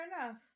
enough